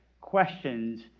questions